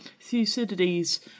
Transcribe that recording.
thucydides